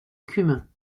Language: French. cumin